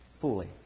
Fully